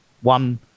one